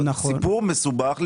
סיפור מסובך,